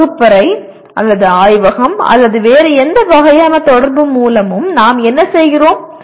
வகுப்பறை அல்லது ஆய்வகம் அல்லது வேறு எந்த வகையான தொடர்பு மூலமும் நாம் என்ன செய்கிறோம்